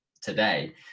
today